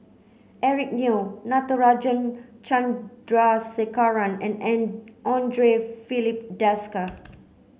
Eric Neo Natarajan Chandrasekaran and Andre Filipe Desker